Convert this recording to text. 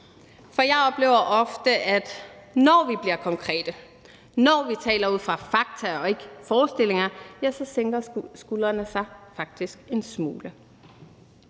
For jeg oplever ofte, at når vi bliver konkrete, når vi taler ud fra fakta og ikke forestillinger, sænker skuldrene sig faktisk en smule.